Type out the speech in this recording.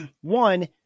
one